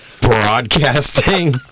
Broadcasting